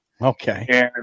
Okay